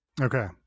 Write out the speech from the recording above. Okay